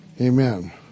amen